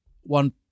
one